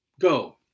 Go